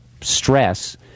stress